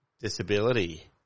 disability